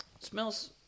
Smells